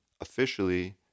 officially